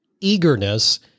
eagerness